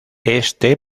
este